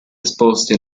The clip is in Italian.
esposti